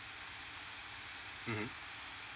mmhmm